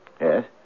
Yes